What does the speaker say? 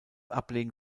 ablegen